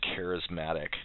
charismatic